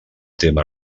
tema